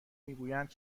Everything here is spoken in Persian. میگویند